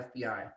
FBI